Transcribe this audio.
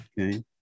okay